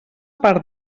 part